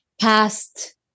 past